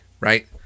right